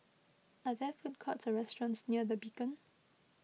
are there food courts or restaurants near the Beacon